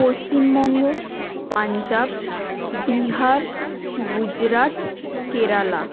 Paschimbanga Punjab Bihar Gujarat Kerala